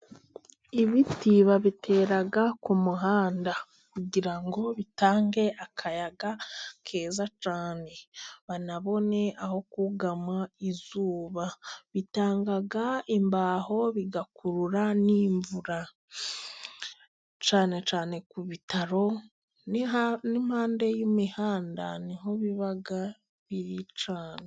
Ibiti babitera ku muhanda， kugira ngo bitange akayaga keza cyane， banabone aho kugama izuba. Bitaga imbaho， bigakurura n'imvura. Cyane cyane ku bitaro n'impande y'imihanda， niho biba biri cyane.